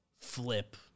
flip